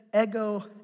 ego